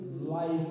life